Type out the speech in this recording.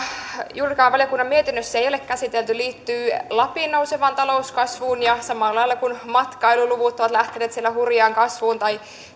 juurikaan valiokunnan mietinnössä ole käsitelty liittyy lapin nousevaan talouskasvuun samalla lailla kun matkailuluvut ovat lähteneet siellä hurjaan kasvuun tai